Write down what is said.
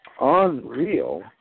Unreal